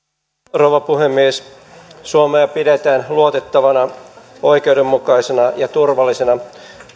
rouva puhemies suomea pidetään luotettavana oikeudenmukaisena ja turvallisena